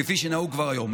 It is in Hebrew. כפי שנהוג כבר היום.